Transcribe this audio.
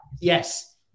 yes